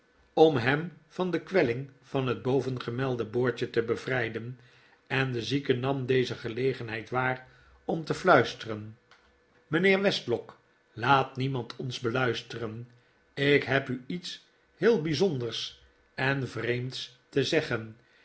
om hem van de kwelling van het bovengemelde boordje te bevrijden en de zieke nam deze gelegenheid waar om te fluisteren mijnheer westlock laat niemand ons beluisteren ik heb u iets heel bijzonders en vreemds te zeggen